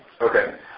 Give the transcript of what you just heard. Okay